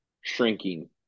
shrinking